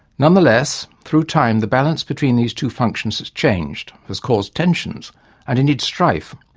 nonetheless, through time the balance between these two functions has changed, has caused tensions and indeed strife,